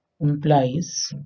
implies